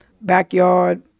backyard